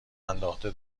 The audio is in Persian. انداخته